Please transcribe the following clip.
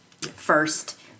first